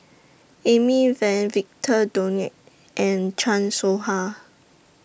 Amy Van Victor Doggett and Chan Soh Ha